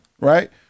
right